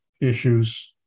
issues